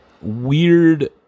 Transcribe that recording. weird